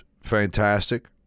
fantastic